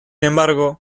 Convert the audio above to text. embargo